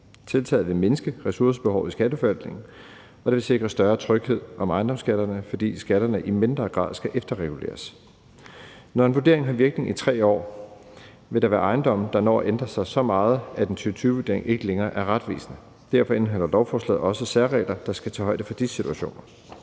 Tiltaget vil mindske ressourcebehovet i Skatteforvaltningen, og det vil sikre større tryghed om ejendomsskatterne, fordi skatterne i mindre grad skal efterreguleres. Når en vurdering har virkning i 3 år, vil der være ejendomme, der når at ændre sig så meget, at en 2020-vurdering ikke længere er retvisende. Derfor indeholder lovforslaget også særregler, der skal tage højde for de situationer.